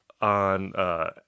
on